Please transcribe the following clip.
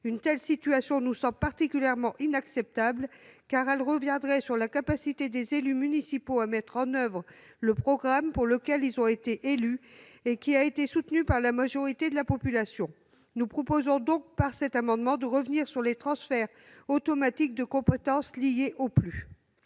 Une telle situation nous semble particulièrement inacceptable, car elle reviendrait sur la capacité des élus municipaux à mettre en oeuvre le programme sur lequel ils ont été élus et qui a été soutenu par la majorité de la population. Nous proposons donc, par cet amendement, de revenir sur les transferts automatiques de compétences liés au PLU.